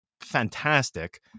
fantastic